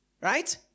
Right